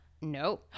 No